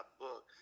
book